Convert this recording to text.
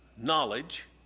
Knowledge